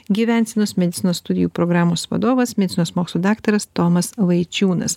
gyvensenos medicinos studijų programos vadovas medicinos mokslų daktaras tomas vaičiūnas